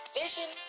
vision